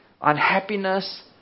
unhappiness